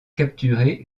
capturer